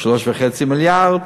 3.5 מיליארד.